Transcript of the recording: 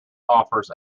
offers